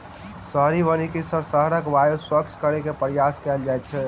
शहरी वानिकी सॅ शहरक वायु स्वच्छ करै के प्रयास कएल जाइत अछि